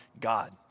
God